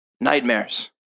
nightmares